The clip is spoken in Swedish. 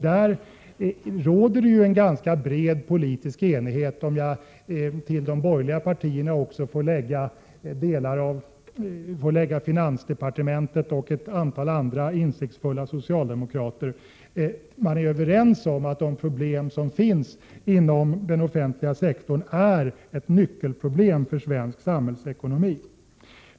Därom råder en ganska bred politisk enighet, om jag till de borgerliga partierna får lägga finansdepartementet och ett antal andra insiktsfulla socialdemokrater. Man är överens om att de problem som finns i offentliga sektorn är ett av nyckelproblemen för svensk samhällsekonomi.